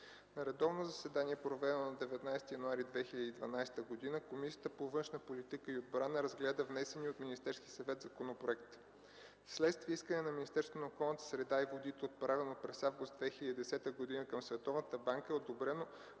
На редовно заседание, проведено на 19 януари 2012 г., Комисията по външна политика и отбрана разгледа внесения от Министерския съвет законопроект. Вследствие искане на Министерството на околната среда и водите, отправено през месец август 2010 г. към Световната